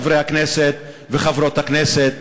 חברי הכנסת וחברות הכנסת?